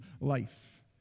life